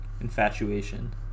Infatuation